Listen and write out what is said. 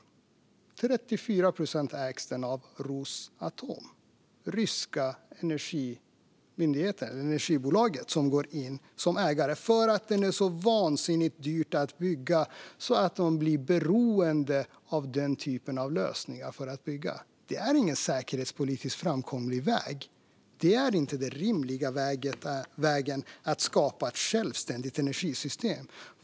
Den ägs till 34 procent av Rosatom. Det är det ryska energibolaget som går in om ägare. Den är så vansinnigt dyr att bygga att man blir beroende av den typen av lösningar för att bygga. Det är inte en säkerhetspolitiskt framkomlig väg. Det är inte den rimliga vägen att skapa ett självständigt energisystem.